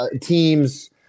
teams